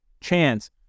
chance